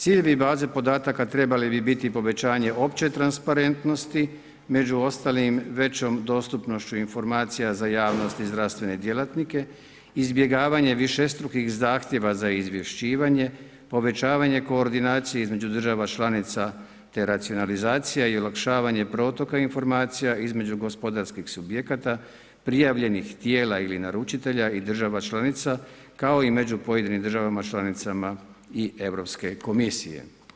Ciljevi baze podataka, trebali bi biti povećanje opće transparentnosti, među ostalim većom dostupnošću informacija za javnost i zdravstvene djelatnike, izbjegavanje višestrukih zahtjeva za izvješćivanje, povećavanje koordinaciji između države članica, te racionalizacije i olakšavanje protoka informacija između gospodarskih subjekata, prijavljenih tijela ili naručitelja i država članica, kao i među pojedinim državama članicama i Europske komisije.